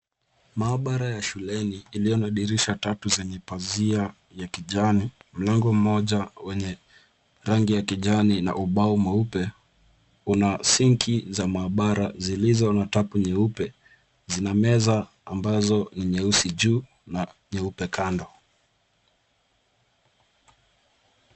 Maabara ya shuleni iliyo na dirisha tatu zenye pazia ya kijani, mlango mmoja wenye rangi ya kijani na ubao mweupe, Una sinki za maabara zilizo na tapu nyeupe. Zina meza ambazo ni nyeusi juu na nyeupe kando.